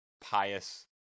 pious